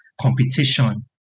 competition